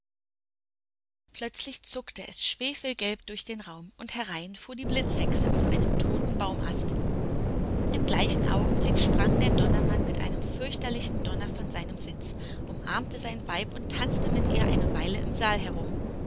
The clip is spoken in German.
plötzlich zuckte es schwefelgelb durch den raum und herein fuhr die blitzhexe auf einem toten baumast im gleichen augenblick sprang der donnermann mit einem fürchterlichen donner von seinem sitz umarmte sein weib und tanzte mit ihr eine weile im saal herum